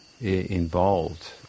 involved